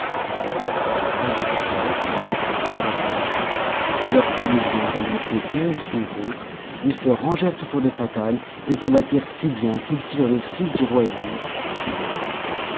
ses soldats lui crièrent qu'ils ne voulaient point l'abandonner et leur bon exemple ayant fait honte aux autres ils se rangèrent autour de fatal et combattirent si bien qu'ils firent le fils du roi ennemi prisonnier